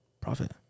Profit